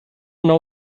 know